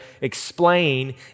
explain